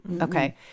Okay